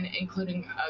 including